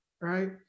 right